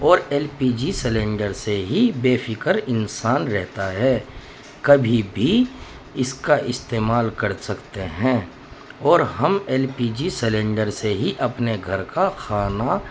اور L P G cylinder سے ہی بے فکر انسان رہتا ہے کبھی بھی اس کا استعمال کر سکتے ہیں اور ہم ایل پی جی سلینڈر سے ہی اپنے گھر کا کھانا